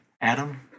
Adam